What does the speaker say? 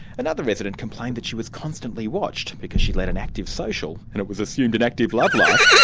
another resident complained that she was constantly watched because she led an active social, and it was assumed, an active love life,